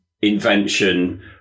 invention